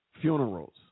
funerals